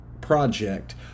project